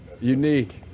unique